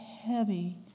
heavy